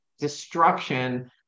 Destruction